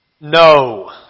No